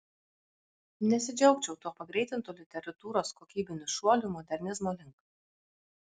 nesidžiaugčiau tuo pagreitintu literatūros kokybiniu šuoliu modernizmo link